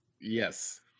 Yes